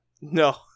No